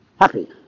happy